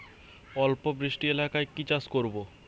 অল্প বৃষ্টি এলাকায় কি চাষ করব?